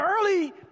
early